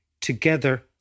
together